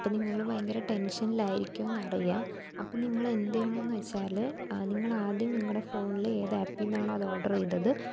അപ്പോൾ നിങ്ങൾ ഭയങ്കര ടെൻഷനിലായിരിക്കുമെന്നറിയാം അപ്പോൾ നിങ്ങളെന്തു ചെയ്യണമെന്നു വെച്ചാൽ നിങ്ങളാദ്യം നിങ്ങളുടെ ഫോണിൽ ഏതു ആപ്പിൽ നിന്നാണോ അത് ഓഡർ ചെയ്തത്